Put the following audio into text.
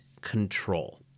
control